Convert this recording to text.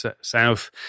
south